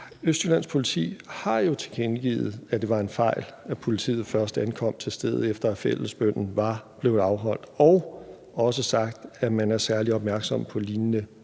Østjyllands Politi har jo tilkendegivet, at det var en fejl, at politiet først ankom til stedet, efter at fællesbønnen var blevet afholdt, og har også sagt, at man er særlig opmærksom på lignende